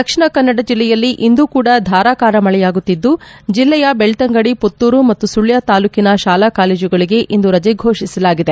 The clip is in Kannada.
ದಕ್ಷಿಣ ಕನ್ನಡ ಜಿಲ್ಲೆಯಲ್ಲಿ ಇಂದು ಕೂಡಾ ಧಾರಾಕಾರ ಮಳೆಯಾಗುತ್ತಿದ್ದು ಜಿಲ್ಲೆಯ ಬೆಳ್ತಂಗಡಿ ಪುತ್ತೂರು ಮತ್ತು ಸುಳ್ಯ ತಾಲೂಕಿನ ಶಾಲಾ ಕಾಲೇಜುಗಳಿಗೆ ಇಂದು ರಜೆ ಘೋಷಿಸಲಾಗಿದೆ